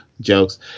jokes